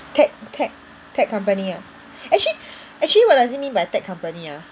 tech tech tech company ah actually actually what does it mean by tech company ah